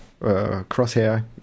crosshair